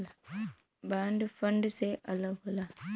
bond fund से अलग होला